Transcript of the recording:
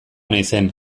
naizen